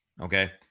okay